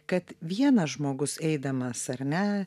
kad vienas žmogus eidamas ar ne